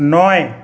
নয়